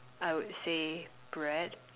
I would say bread